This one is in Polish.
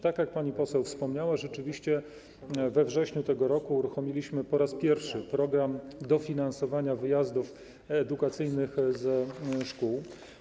Tak jak pani poseł wspomniała, rzeczywiście we wrześniu tego roku uruchomiliśmy po raz pierwszy program dofinansowania wyjazdów edukacyjnych ze szkół.